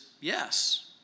yes